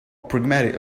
pragmatic